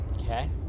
Okay